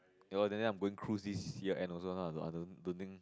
ya lor and then I'm going cruise this year end also so I don't I don't don't think